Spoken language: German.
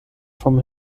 vom